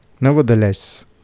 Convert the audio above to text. Nevertheless